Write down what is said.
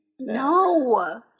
No